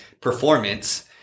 performance